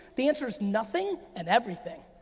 the answer's nothing and everything.